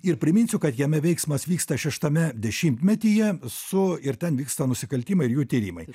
ir priminsiu kad jame veiksmas vyksta šeštame dešimtmetyje su ir ten vyksta nusikaltimai ir jų tyrimai